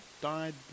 died